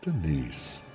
Denise